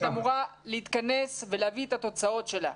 אמורה להתכנס ולהביא את התוצאות שלה.